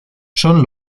son